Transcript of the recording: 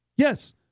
Yes